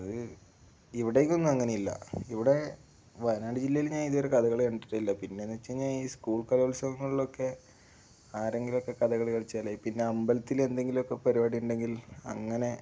അത് ഇവിടേക്കൊന്നും അങ്ങനെയില്ല ഇവിടെ വയനാട് ജില്ലയിൽ ഞാൻ ഇതുവരെ കഥകളി കണ്ടിട്ടില്ല പിന്നെ എന്നു വച്ചുകഴിഞ്ഞാല് ഈ സ്കൂൾ കലോത്സവങ്ങളിലൊക്കെ ആരെങ്കിലുമൊക്കെ കഥകളി കളിച്ചാലായി പിന്നെ അമ്പലത്തില് എന്തെങ്കിലുമൊക്കെ പരിപാടി ഉണ്ടെങ്കിൽ അങ്ങനെ